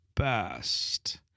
Best